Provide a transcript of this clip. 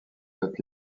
date